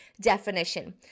definition